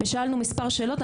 ושאלנו מספר שאלות.